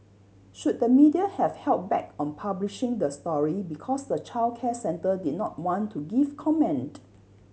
should the media have held back on publishing the story because the childcare centre did not want to give comment